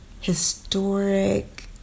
historic